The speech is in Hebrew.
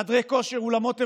חדרי כושר, אולמות אירועים,